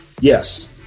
Yes